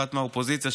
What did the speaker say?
אחת מהאופוזיציה,